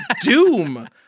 Doom